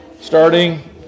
starting